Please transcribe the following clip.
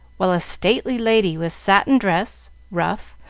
while a stately lady, with satin dress, ruff,